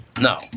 No